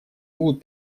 будут